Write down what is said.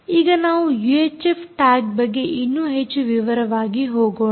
ಈಗ ನಾವು UHF tag ಬಗ್ಗೆ ಇನ್ನೂ ಹೆಚ್ಚು ವಿವರವಾಗಿ ಹೋಗೋಣ